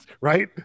Right